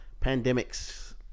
pandemics